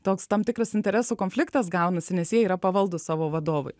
toks tam tikras interesų konfliktas gaunasi nes jie yra pavaldūs savo vadovui